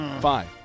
Five